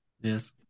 yes